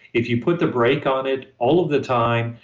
if you put the brake on it all of the time,